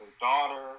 daughter